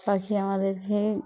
পাখি আমাদেরকে